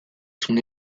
son